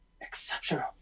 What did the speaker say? Exceptional